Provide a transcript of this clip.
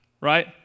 right